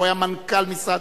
הוא היה מנכ"ל משרד.